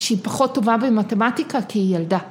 ‫שהיא פחות טובה במתמטיקה ‫כי היא ילדה.